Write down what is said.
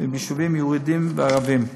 ביישובים עירוניים ככפריים וביישובים יהודיים וערביים.